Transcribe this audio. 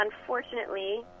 Unfortunately